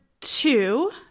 two